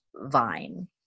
vine